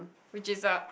which is a